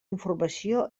informació